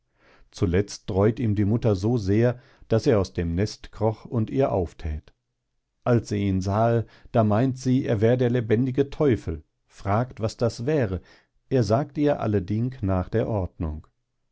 zuletzt dräut ihm die mutter so sehr daß er aus dem nest kroch und ihr aufthät als sie ihn sahe da meint sie es wär der lebendige teufel fragt was das wäre er sagt ihr alle ding nach der ordnung